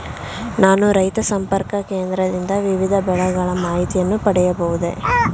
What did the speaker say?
ನಾನು ರೈತ ಸಂಪರ್ಕ ಕೇಂದ್ರದಿಂದ ವಿವಿಧ ಬೆಳೆಗಳ ಮಾಹಿತಿಯನ್ನು ಪಡೆಯಬಹುದೇ?